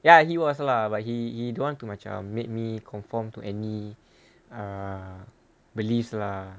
ya he was lah but he he don't want to macam made me conform to any err beliefs lah